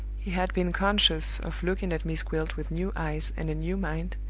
he had been conscious of looking at miss gwilt with new eyes and a new mind,